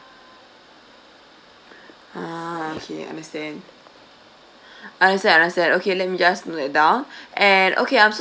ah okay understand understand understand okay let me just note that down and okay I'm so